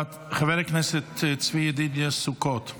חבר הכנסת צבי ידידיה סוכות.